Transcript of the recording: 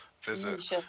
visit